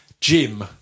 Jim